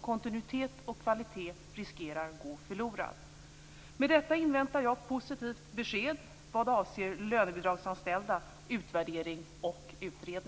Kontinuitet och kvalitet riskerar att gå förlorade. Med detta inväntar jag positivt besked vad avser lönebidragsanställda, utvärdering och utredning.